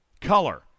color